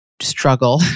struggle